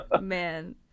man